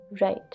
Right